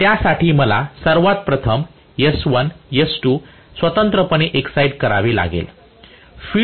त्यासाठी मला सर्वात प्रथम S1 S2 स्वतंत्रपणे एक्साईट करावे लागेल